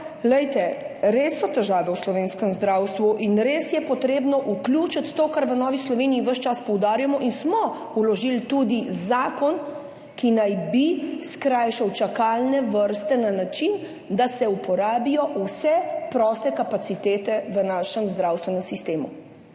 glejte, res so težave v slovenskem zdravstvu in res je potrebno vključiti to, kar v Novi Sloveniji ves čas poudarjamo in smo vložili tudi zakon, ki naj bi skrajšal čakalne vrste na način, da se uporabijo vse proste kapacitete v našem zdravstvenem sistemu,